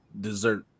dessert